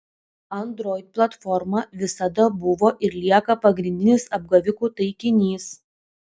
android platforma visada buvo ir lieka pagrindinis apgavikų taikinys